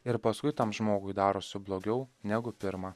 ir paskui tam žmogui darosi blogiau negu pirma